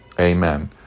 Amen